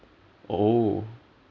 oh